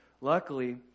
Luckily